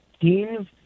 teams